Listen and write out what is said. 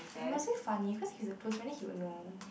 uh was very funny cause he's a friend then he would know